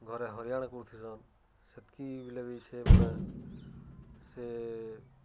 ଘରେ ହରିଆଣ୍ କରୁଥିସନ୍ ସେତ୍କି ବେଲେ ବି ସେ ମାନେ ସେ